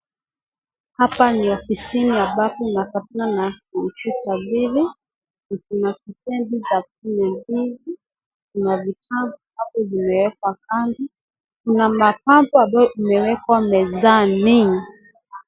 Hapa ni ofisini ambapo tuanapatana na computer,(cs), mbili ,Kuna vipendi ,(cs) za kumi na mbili, kuna vitabu zimewekwa kando. Kuna mapambo ambayo imewekwa mezani.